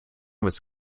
was